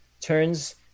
turns